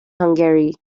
hungary